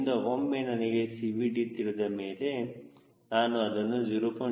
ಆದ್ದರಿಂದ ಒಮ್ಮೆ ನನಗೆ CVT ತಿಳಿದಮೇಲೆ ನಾನು ಅದನ್ನು 0